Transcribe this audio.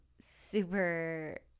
super